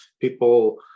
people